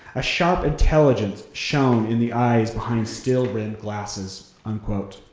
a sharp intelligence shone in the eyes behind steel-rimmed glasses, unquote.